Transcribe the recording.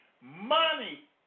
Money